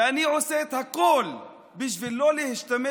ואני עושה את הכול בשביל לא להשתמש